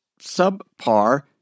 subpar